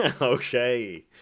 Okay